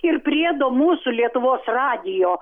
ir priedo mūsų lietuvos radijo